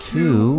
Two